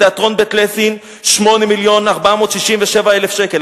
תיאטרון "בית ליסין" 8.467 מיליון שקלים,